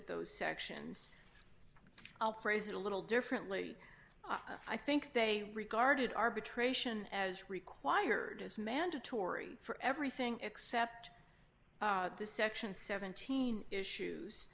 at those sections i'll phrase a little differently i think they regarded arbitration as required as mandatory for everything except the section seventeen issues